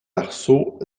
arceaux